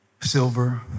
silver